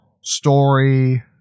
story